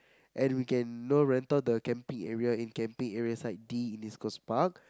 and we can no rental the camping area in camping area site D in this closed park